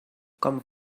com